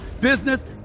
business